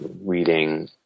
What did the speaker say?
reading